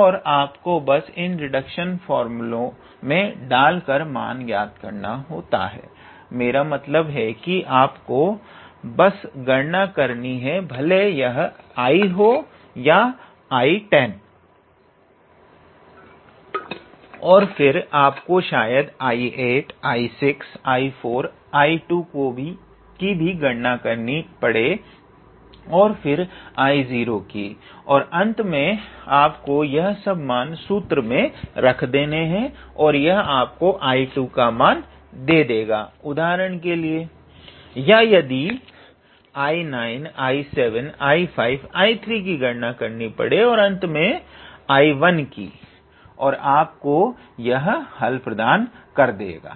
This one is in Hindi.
और आपको बस इन रिडक्शन फार्मूला मे डालकर मान ज्ञात करना होता है मेरा मतलब है कि आपको बस गणना करनी है भले यह I हो या 𝐼10 और फिर आपको शायद 𝐼8𝐼6𝐼4𝐼2 की भी गणन करनी पड़े और फिर 𝐼0 की और अंत मे आपको यह सब मन सूत्र मे रख देने हैं और यह आपको 𝐼10 का मान दे देगा उदाहरण के लिए या यदि 𝐼9𝐼7𝐼5𝐼3 की गणना करनी पड़े और अंत मे 𝐼1 की और यह आपको हल प्रदान कर देगा